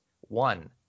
one